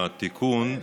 התיקון,